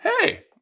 hey